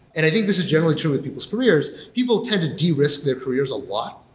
and i think this is generally true with people's careers. people tend to de-risk their careers a lot.